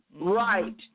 Right